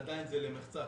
עדיין זה למחצה,